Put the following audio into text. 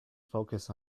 focus